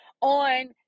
on